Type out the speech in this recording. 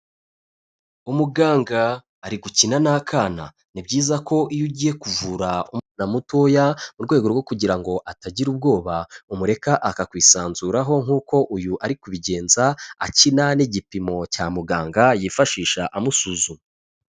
Umuganga ari gukina n'akana, ni byiza ko iyo ugiye kuvura umwana mutoya mu rwego rwo kugira ngo atagira ubwoba umureka akakwisanzuraho nk'uko uyu ari kubigenza, akina n'igipimo cya muganga yifashisha amusuzuma.